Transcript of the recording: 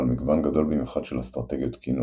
בעל מגוון גדול במיוחד של אסטרטגיות קינון.